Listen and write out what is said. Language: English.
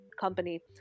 company